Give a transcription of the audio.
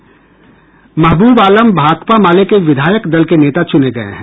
महबूब आलम भाकपा माले के विधायक दल के नेता चूने गये हैं